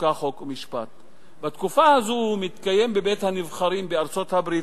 מציין שבתקופה הזאת מתקיים בבית-הנבחרים בארצות-הברית,